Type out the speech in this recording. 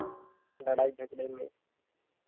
लड़ाई झगड़े में